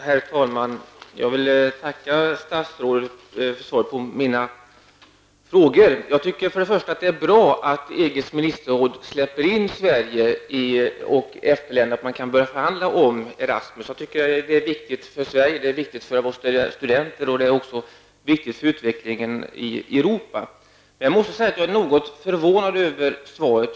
Herr talman! Jag vill tacka statsrådet för svaret på mina frågor. Det är bra att EGs ministerråd släpper in Sverige och EFTA-länderna så att man kan börja förhandla om Erasmus. Det är viktigt för Sverige och för våra studenter. Men det är också viktigt för utvecklingen i Europa. Jag måste säga att jag är något förvånad över svaret.